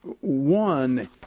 One